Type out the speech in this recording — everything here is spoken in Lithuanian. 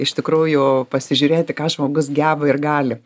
iš tikrųjų pasižiūrėti ką žmogus geba ir gali